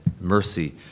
Mercy